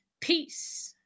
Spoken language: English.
Peace